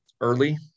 early